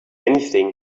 anything